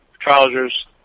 trousers